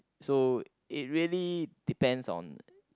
so it really depends on